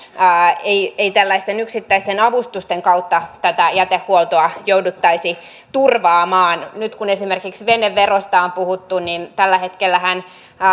ei ei tällaisten yksittäisten avustusten kautta tätä jätehuoltoa jouduttaisi turvaamaan nyt kun esimerkiksi veneverosta on puhuttu niin tällä hetkellähän pitkälti